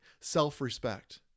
self-respect